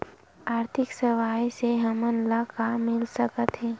आर्थिक सेवाएं से हमन ला का मिल सकत हे?